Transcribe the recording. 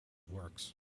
works